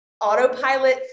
autopilot